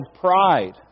pride